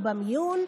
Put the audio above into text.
הוא במיון,